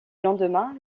lendemain